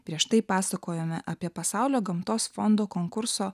prieš tai pasakojome apie pasaulio gamtos fondo konkurso